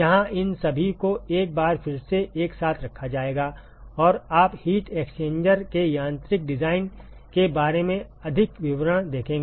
जहां इन सभी को एक बार फिर से एक साथ रखा जाएगा और आप हीट एक्सचेंजर के यांत्रिक डिजाइन के बारे में अधिक विवरण देखेंगे